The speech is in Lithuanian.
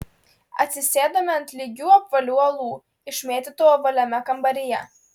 atsisėdome ant lygių apvalių uolų išmėtytų ovaliame kambaryje